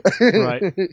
Right